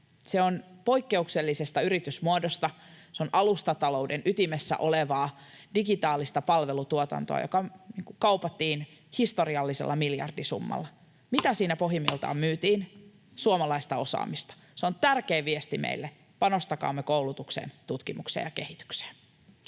Kyse on poikkeuksellisesta yritysmuodosta, se on alustatalouden ytimessä olevaa digitaalista palvelutuotantoa, joka kaupattiin historiallisella miljardisummalla. Mitä siinä pohjimmiltaan myytiin? Suomalaista osaamista. Se on tärkein viesti meille: panostakaamme koulutukseen, tutkimukseen ja kehitykseen.